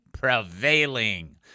prevailing